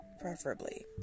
preferably